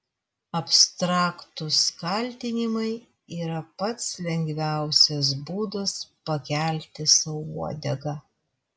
abstraktūs kaltinimai yra pats lengviausias būdas pakelti sau uodegą